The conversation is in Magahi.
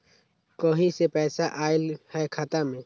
कहीं से पैसा आएल हैं खाता में?